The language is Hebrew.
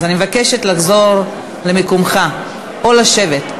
אני מבקשת לחזור למקומך או לשבת.